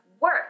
work